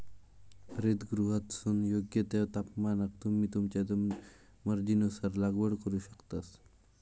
हरितगृहातसून योग्य त्या तापमानाक तुम्ही तुमच्या मर्जीनुसार लागवड करू शकतास